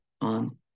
on